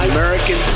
American